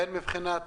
הן מבחינת